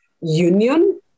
Union